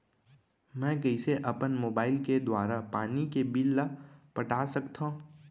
मैं कइसे अपन मोबाइल के दुवारा पानी के बिल ल पटा सकथव?